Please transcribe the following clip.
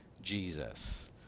Jesus